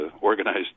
organized